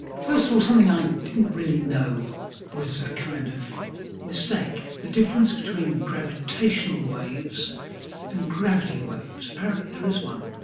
first of all, something i didn't really know was a kind of mistake, the difference between gravitational waves and gravity waves. apparently there is one.